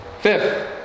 Fifth